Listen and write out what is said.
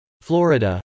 Florida